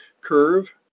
curve